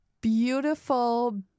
beautiful